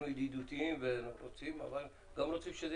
אנחנו כאן בשבילכם.